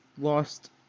lost